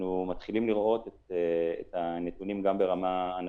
אנחנו מתחילים לראות את הנתונים גם ברמה ענפית,